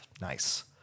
Nice